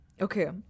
Okay